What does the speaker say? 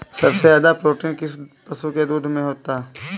सबसे ज्यादा प्रोटीन किस पशु के दूध में होता है?